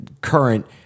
current